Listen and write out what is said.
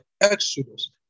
exodus